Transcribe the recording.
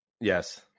yes